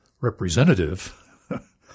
representative